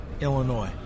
Illinois